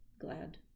glad